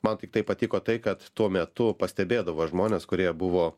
man tiktai patiko tai kad tuo metu pastebėdavo žmones kurie buvo